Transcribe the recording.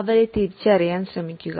അവ തിരിച്ചറിയാൻ ശ്രമിക്കുക